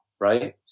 right